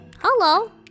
Hello